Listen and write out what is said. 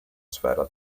sfera